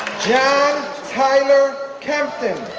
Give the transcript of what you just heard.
john tyler kempton,